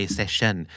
session